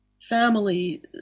family